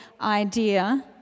idea